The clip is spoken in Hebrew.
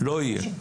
לא יהיה.